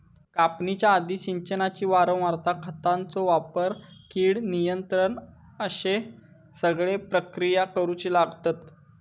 कापणीच्या आधी, सिंचनाची वारंवारता, खतांचो वापर, कीड नियंत्रण अश्ये सगळे प्रक्रिया करुचे लागतत